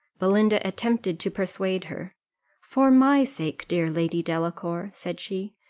belinda attempted to persuade her for my sake, dear lady delacour, said she,